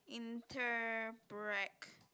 inter brack